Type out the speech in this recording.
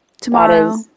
Tomorrow